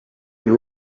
been